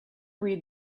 read